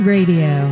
Radio